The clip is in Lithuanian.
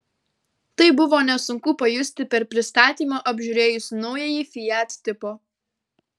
tai buvo nesunku pajusti per pristatymą apžiūrėjus naująjį fiat tipo